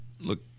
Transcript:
look